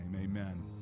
Amen